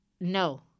no